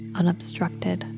unobstructed